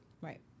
Right